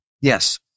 yes